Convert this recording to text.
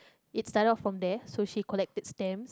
it start of from there so she collected stamps